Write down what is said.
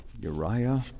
Uriah